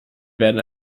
werden